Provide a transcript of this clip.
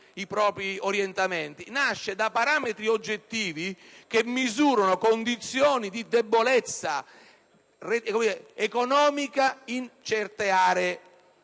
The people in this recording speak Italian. i propri orientamenti: nasce da parametri oggettivi che misurano condizioni di debolezza economica in certe aree.